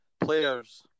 players